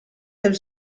del